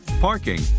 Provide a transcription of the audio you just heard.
parking